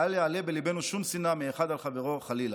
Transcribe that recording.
ואל יעלה בליבנו שום שנאה מאחד על חברו חלילה".